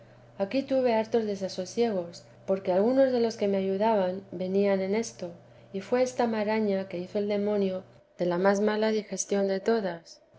aquí tuve hartos desasosiegos porque algunos de los que me ayudaban venían en esto y fué esta maraña que hizo el demonio de la más mala digestión de todas